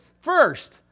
first